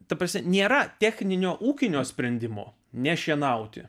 ta prasme nėra techninio ūkinio sprendimo nešienauti